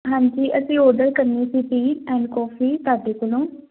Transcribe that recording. ਹਾਂਜੀ ਅਸੀਂ ਔਡਰ ਕਰਨੀ ਸੀ ਟੀ ਐਂਡ ਕੌਫੀ ਤੁਹਾਡੇ ਕੋਲੋਂ